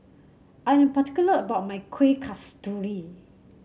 I am particular about my Kuih Kasturi